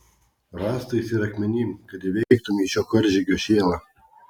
rąstais ir akmenim kad įveiktumei šio karžygio šėlą